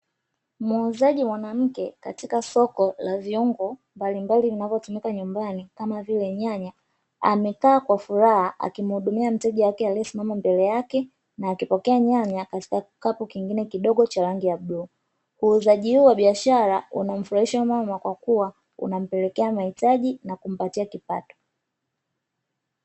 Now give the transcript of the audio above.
Muuzaji mwanamke katika soko la viungo mbalimbali vinavyotumika nyumbani kama vile nyanya, amekaa kwa furaha akimhudumia mteja wake aliyesimama mbele yake na akipokea nyanya katika kikapu kingine kidogo cha rangi ya bluu. Uuzaji huu wa biashara unamfurahisha mama kwa kuwa unampelekea mahitaji na kumpatia kipato.